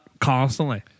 constantly